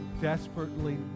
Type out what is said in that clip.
desperately